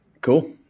Cool